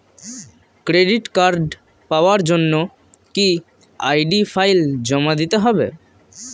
Credit card পাওয়ার জন্য কি আই.ডি ফাইল জমা দিতে হবে?